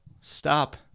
stop